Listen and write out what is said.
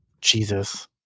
Jesus